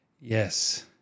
Yes